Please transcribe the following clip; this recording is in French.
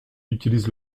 utilisent